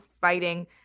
fighting